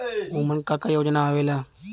उमन का का योजना आवेला?